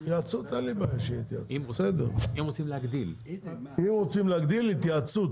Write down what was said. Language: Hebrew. אם רוצים להגדיל התייעצות